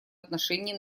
отношении